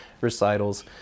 recitals